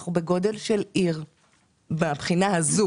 אנחנו בגודל של עיר מהבחינה הזאת.